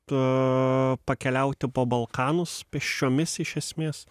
tu pakeliauti po balkanus pėsčiomis iš esmės